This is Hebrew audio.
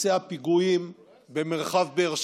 וביצע פיגועים במרחב באר שבע,